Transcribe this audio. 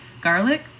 garlic